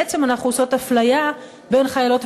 בעצם אנחנו עושות אפליה בין חיילות